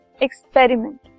experiment